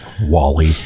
Wally